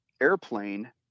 airplane